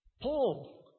Paul